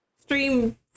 stream